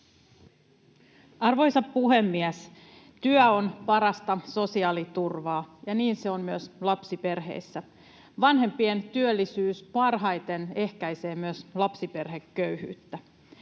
Arvoisa puhemies! Työ on parasta sosiaaliturvaa, ja niin se on myös lapsiperheissä. Vanhempien työllisyys ehkäisee parhaiten myös lapsiperheköyhyyttä.